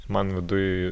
man viduj